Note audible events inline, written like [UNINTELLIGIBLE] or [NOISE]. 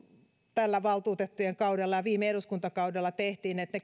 tällä valtuutettujen kaudella ja viime eduskuntakaudella tehtiin että [UNINTELLIGIBLE]